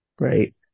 right